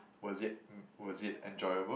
was it was it enjoyable